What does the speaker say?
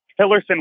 Hillerson